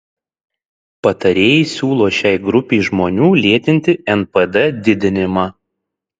patarėjai siūlo šiai grupei žmonių lėtinti npd didinimą